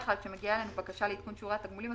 מגיעה אלינו בקשה לעדכון שיעורי התגמולים,